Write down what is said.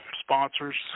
sponsors